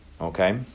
okay